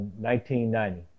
1990